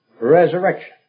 resurrection